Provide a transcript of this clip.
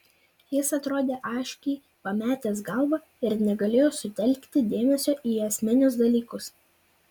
jis atrodė aiškiai pametęs galvą ir negalėjo sutelkti dėmesio į esminius dalykus